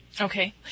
Okay